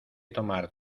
tomar